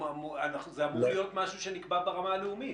מתחיל להיות משהו שנקבע ברמה הלאומית.